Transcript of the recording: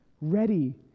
ready